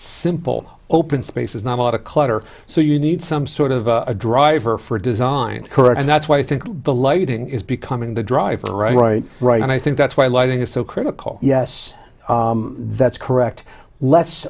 simple open spaces not a lot of clutter so you need some sort of a driver for design correct and that's why i think the lighting is becoming the driver right right right and i think that's why lighting is so critical yes that's correct le